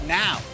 now